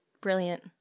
Brilliant